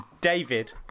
David